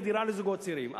לדירה לזוגות צעירים.